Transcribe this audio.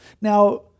Now